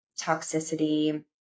toxicity